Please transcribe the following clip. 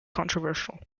controversial